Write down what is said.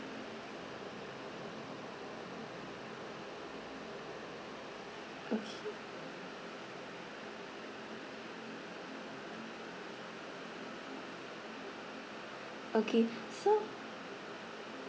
okay okay so